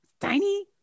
Tiny